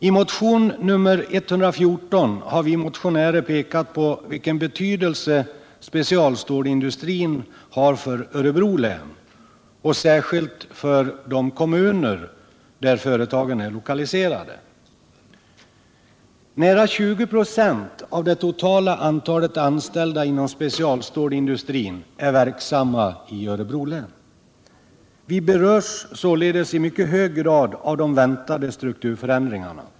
I motion nr 114 har vi motionärer pekat på vilken betydelse specialstålindustrin har för Örebro län och särskilt för de kommuner där företagen är lokaliserade. Nära 20 96 av det totala antalet anställda inom specialstålindustrin är verksamma i Örebro län. Vi berörs således i mycket hög grad av de väntade strukturförändringarna.